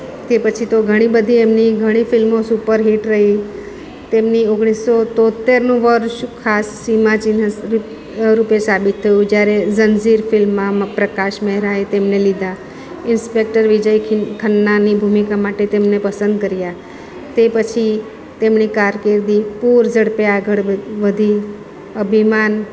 તે પછી તો ઘણી બધી એમની ઘણી ફિલ્મો સુપરહિટ રહી તેમની ઓગણીસસો તોંતેરનું વર્ષ ખાસ સીમા ચિહ્ન રૂપે સાબિત થયું જ્યારે ઝંજીર ફિલ્મમાં પ્રકાશ મહેરા એ તેમને લીધા ઇન્સ્પેકટર વિજય ખન્નાની ભૂમિકા માટે તેમને પસંદ કર્યા તે પછી તેમની કારકિર્દી પૂર ઝડપે આગળ વધી અભિમાન